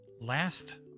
Last